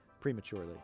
prematurely